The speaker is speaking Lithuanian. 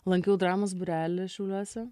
lankiau dramos būrelį šiauliuose